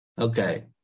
Okay